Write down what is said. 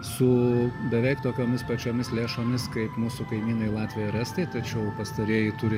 su beveik tokiomis pačiomis lėšomis kaip mūsų kaimynai latviai ar estai tačiau pastarieji turi